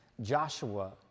Joshua